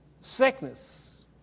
sickness